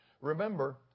Remember